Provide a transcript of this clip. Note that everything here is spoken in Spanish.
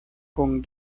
con